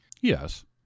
yes